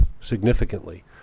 significantly